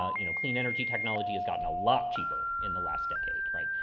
ah you know, clean energy technology has gotten a lot cheaper in the last decade, right?